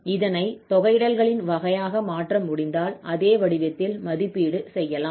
இதனை தொகையிடல்களின் வகையாக மாற்ற முடிந்தால் அதே வடிவத்தில் மதிப்பீடு செய்யலாம்